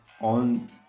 on